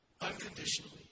Unconditionally